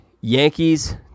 Yankees